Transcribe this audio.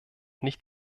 nicht